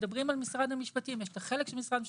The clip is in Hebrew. כמדברים על משרד המשפטים יש את החלק של משרד המשפטים